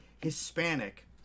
Hispanic